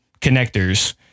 connectors